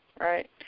right